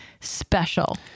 special